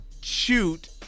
shoot